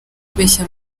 kubeshya